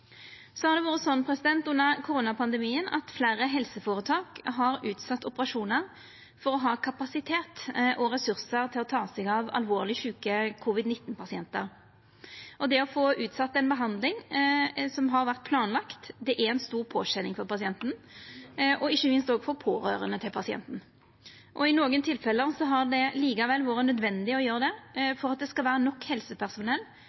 har det vore sånn at fleire helseføretak har utsett operasjonar for å ha kapasitet og ressursar til å ta seg av alvorleg sjuke covid-19-pasientar. Det å få utsett ei behandling som har vore planlagd, er ei stor påkjenning for pasienten og ikkje minst òg for pårørande til pasienten. I nokon tilfelle har det likevel vore nødvendig å gjera det for at det skal vera nok helsepersonell